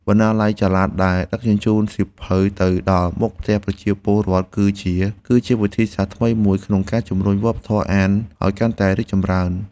បណ្ណាល័យចល័តដែលដឹកជញ្ជូនសៀវភៅទៅដល់មុខផ្ទះប្រជាពលរដ្ឋ គឺជាវិធីសាស្ត្រថ្មីមួយក្នុងការជំរុញវប្បធម៌អានឱ្យកាន់តែរីកចម្រើន។